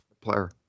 player